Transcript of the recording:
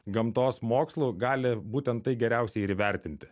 gamtos mokslų gali būtent tai geriausiai ir įvertinti